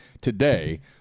today